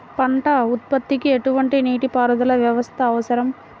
పంట ఉత్పత్తికి ఎటువంటి నీటిపారుదల వ్యవస్థ అవసరం?